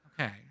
Okay